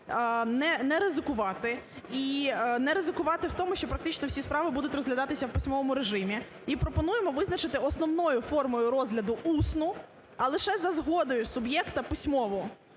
не ризикувати і не ризикувати в тому, що практично всі справи будуть розглядатись в письмовому режимі. І пропонуємо визначити основною формою розгляду усну, а лише за згодою суб'єкта письмову.